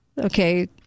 Okay